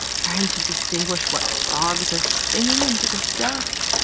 trying to distinguish what frogs are singing into the dusk.